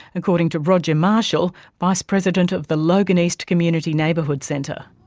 according to roger marshall, vice president of the logan east community neighbourhood centre.